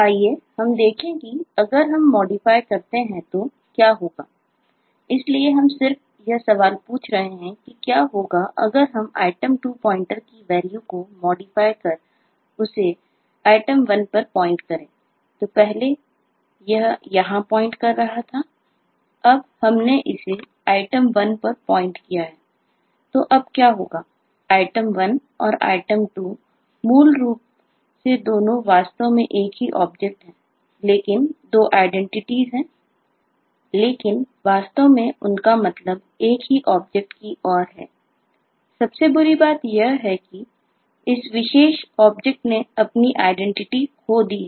आइए हम आगे देखें कि अगर हम मॉडिफाई खो दी है